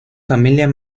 familia